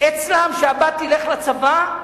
אצלם שהבת תלך לצבא?